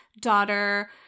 daughter